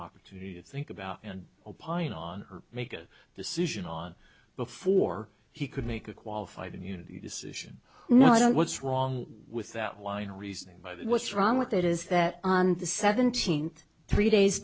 opportunity to think about and opine on or make a decision on before he could make a qualified immunity decision not what's wrong with that line of reasoning by the what's wrong with that is that on the seventeenth three days